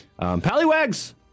Pallywags